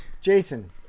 Jason